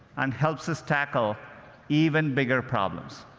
and helps us tackle even bigger problems.